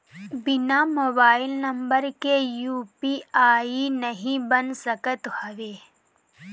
बिना mobile number के UPI नाइ बन सकत हवे